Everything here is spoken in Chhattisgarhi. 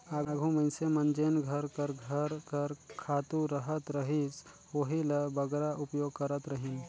आघु मइनसे मन जेन घर कर घर कर खातू रहत रहिस ओही ल बगरा उपयोग करत रहिन